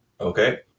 okay